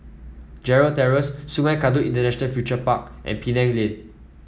Gerald Terrace Sungei Kadut International Furniture Park and Penang Lane